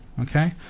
Okay